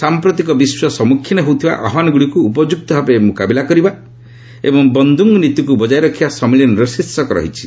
ସାମ୍ପ୍ରଦିକ ବିଶ୍ୱ ସମ୍ମୁଖୀନ ହେଉଥିବା ଆହ୍ୱାନଗୁଡ଼ିକୁ ଉପଯୁକ୍ତ ଭାବେ ମୁକାବିଲା କରିବା ଏବଂ ବନ୍ଦୁଙ୍ଗ୍ ନୀତିକୁ ବଜାୟ ରଖିବା ସମ୍ମିଳନୀର ଶୀର୍ଷକ ରହିଛି